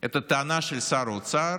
את הטענה של שר האוצר